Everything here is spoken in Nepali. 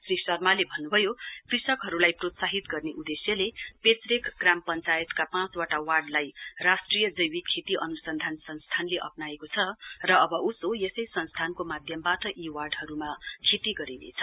श्री शर्माले भन्नुभयो कृषकहरूलाई प्रोत्साहित गर्ने उदेश्यले पेचरेक ग्राम पञ्चायतका पाँचवटा वार्डलाई राष्ट्रिय जैविक खेती अन्सन्धान संस्थानले अप्नाएको छ र अव उसो यसै संस्थानको माध्यमबाट यी वाईहरूमा खेती गरिनेछ